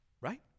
right